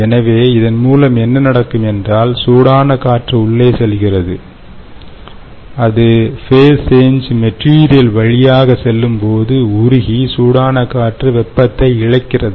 எனவே இதன் மூலம் என்ன நடக்கும் என்றால் சூடான காற்று உள்ளே செல்கிறது அது ஃபேஸ் சேஞ் மெட்டீரியல் வழியாக செல்லும்போது உருகி சூடான காற்று வெப்பத்தை இழக்கிறது